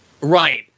Right